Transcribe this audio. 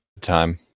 Time